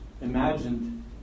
imagined